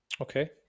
Okay